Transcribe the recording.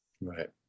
Right